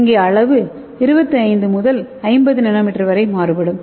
இங்கே அளவு 25 முதல் 50 என்எம் வரை மாறுபடும்